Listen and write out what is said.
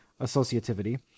associativity